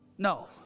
no